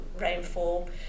rainfall